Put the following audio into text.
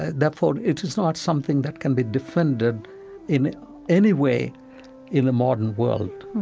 ah therefore it is not something that can be defended in any way in the modern world.